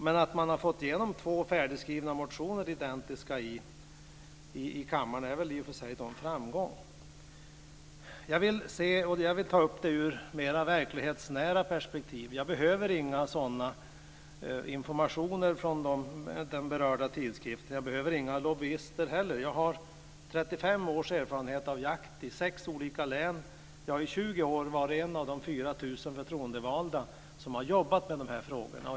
Men att få igenom två färdigskrivna identiska motioner här i kammaren är väl i och för sig en framgång. Jag vill utgå från ett mer verklighetsnära perspektiv och behöver ingen information av nämnda slag från berörd tidskrift. Inte heller behöver jag lobbyister. Jag har 35 års erfarenhet av jakt i sex olika län och i 20 år har jag varit en av 4 000 förtroendevalda som jobbat med de här frågorna.